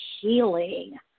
Healing